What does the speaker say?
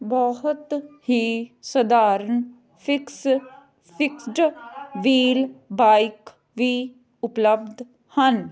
ਬਹੁਤ ਹੀ ਸਧਾਰਨ ਫਿਕਸ ਫਿਕਸਡ ਵ੍ਹੀਲ ਬਾਈਕ ਵੀ ਉਪਲਬਧ ਹਨ